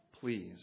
Please